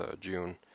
June